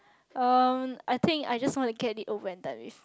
um I think I just want to get it over and done with